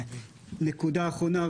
נקודה אחרונה.